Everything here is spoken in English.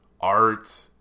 art